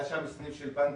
היה שם סניף של בנק,